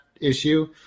issue